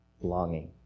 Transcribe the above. longing